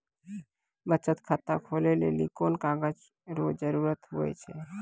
बचत खाता खोलै लेली कोन कागज रो जरुरत हुवै छै?